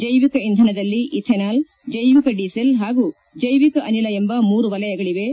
ಜೈವಿಕ ಇಂಧನದಲ್ಲಿ ಇಥನಾಲ್ ಜೈವಿಕ ಡೀಸೆಲ್ ಹಾಗೂ ಜೈವಿಕ ಅನಿಲ ಎಂಬ ಮೂರು ವಲಯಗಳಿವೆ